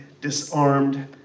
disarmed